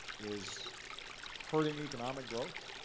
is hurting economic growth.